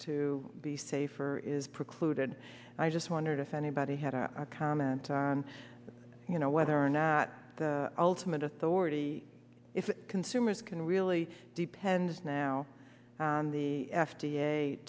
to be safer or is precluded i just wondered if anybody had a comment on you know whether or not the ultimate authority if consumers can really depends now on the f